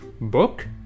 book